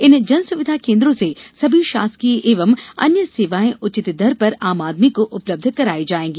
इन जनसुविधा केन्द्रों से सभी शासकीय एवं अन्य सेवाएँ उचित दर पर आम आदमी को उपलब्ध कराई जावेगी